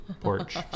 porch